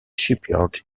shipyard